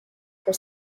for